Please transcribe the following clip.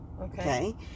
okay